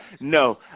no